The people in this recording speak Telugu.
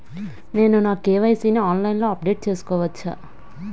నేను నా కే.వై.సీ ని ఆన్లైన్ లో అప్డేట్ చేసుకోవచ్చా?